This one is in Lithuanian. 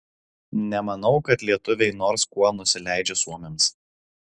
nemanau kad lietuviai nors kuo nusileidžia suomiams